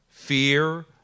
Fear